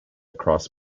across